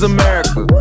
America